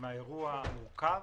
עם האירוע המורכב,